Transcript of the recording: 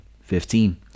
Fifteen